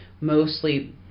mostly